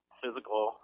physical